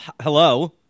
hello